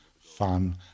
fun